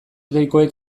deikoek